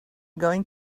going